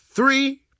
Three